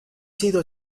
sido